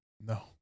No